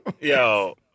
Yo